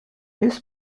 his